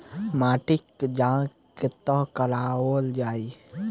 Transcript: माटिक जाँच कतह कराओल जाए?